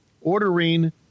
ordering